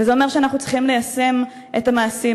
וזה אומר שאנחנו צריכים ליישם את המעשים